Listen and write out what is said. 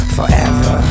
Forever